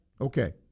Okay